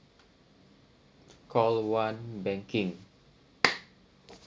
call one banking